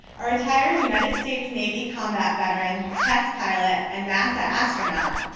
a retired united states navy combat veteran, test pilot, and nasa astronaut,